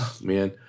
man